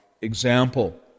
example